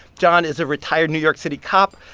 john is a retired new york city cop.